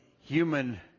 human